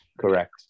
Correct